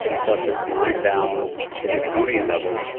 plus a time-bound newtonian level.